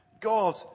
God